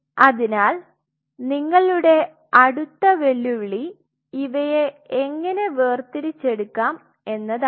അതിനാൽ നിങ്ങളുടെ അടുത്ത വെല്ലുവിളി ഇവയെ എങ്ങനെ വേർതിരിച്ചെടുക്കാം എന്നതാണ്